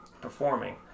performing